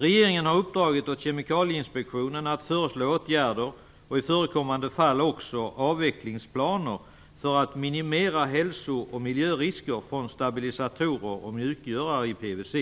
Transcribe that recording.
Regeringen har uppdragit åt Kemikalieinspektionen att föreslå åtgärder och i förekommande fall också avvecklingsplaner för att minimera hälso och miljörisker från stabilisatorer och mjukgörare i PVC.